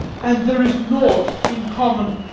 and there is nought in common.